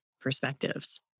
perspectives